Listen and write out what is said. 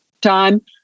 time